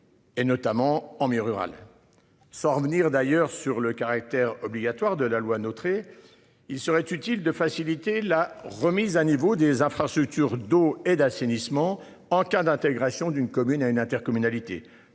Et notamment en mi-rural. Sans revenir d'ailleurs sur le caractère obligatoire de la loi. Il serait utile de faciliter la remise à niveau des infrastructures d'eau et d'assainissement en cas d'intégration d'une commune à une intercommunalité